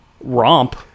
romp